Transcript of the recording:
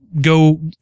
go